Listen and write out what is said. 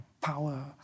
power